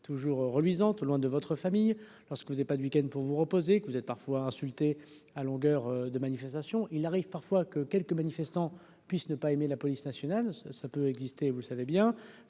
toujours reluisant tout loin de votre famille, lorsque vous avez pas du week-end pour vous reposer que vous êtes parfois insulter à longueur de manifestations, il arrive parfois que quelques manifestants puisse ne pas aimer la police nationale, ça peut exister, vous savez bien